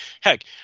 heck